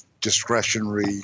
discretionary